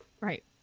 Right